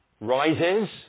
rises